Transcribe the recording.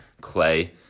Clay